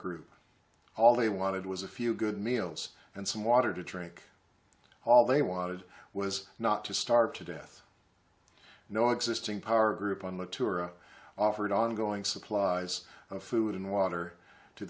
group all they wanted was a few good meals and some water to drink all they wanted was not to starve to death no existing power group on the tour offered ongoing supplies of food and water to